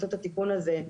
עשו את התיקון הזה,